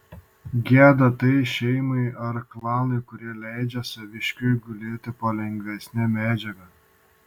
gėda tai šeimai ar klanui kurie leidžia saviškiui gulėti po lengvesne medžiaga